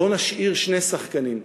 בוא ונשאיר שני שחקנים,